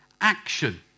action